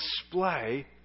display